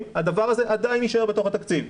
הדבר הזה עדיין יישאר בתוך התקציב.